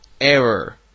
error